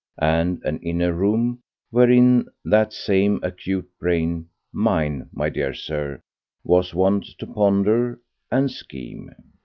and an inner room wherein that same acute brain mine, my dear sir was wont to ponder and scheme.